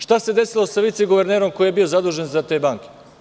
Šta se desilo sa viceguvernerom koji je bio zadužen za te banke?